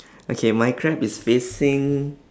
okay my crab is facing